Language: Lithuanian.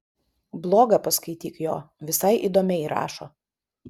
blogą paskaityk jo visai įdomiai rašo